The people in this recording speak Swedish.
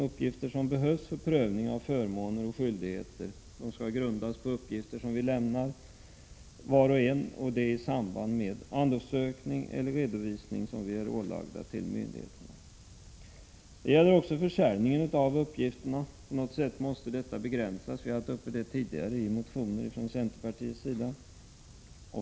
Nej, beslut om förmåner och skyldigheter skall grundas på uppgifter som vi lämnar var och en i samband med undersökning eller redovisning som vi är ålagda att ge myndigheterna. Det gäller också försäljning av uppgifterna. På något sätt måste sådan försäljning begränsas. Detta har vi tidigare tagit upp i motioner från centerns sida.